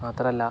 മാത്രല്ല